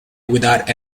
without